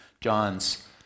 John's